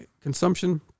consumption